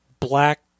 black